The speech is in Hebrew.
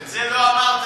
את זה לא אמרת.